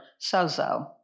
sozo